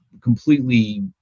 completely